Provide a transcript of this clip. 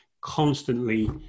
constantly